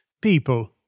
people